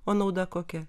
o nauda kokia